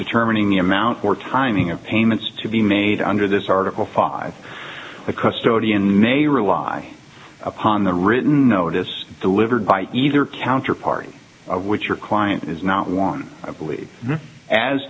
determining the amount or timing of payments to be made under this article five the custody in may rely upon the written notice delivered by either counter party with your client is not one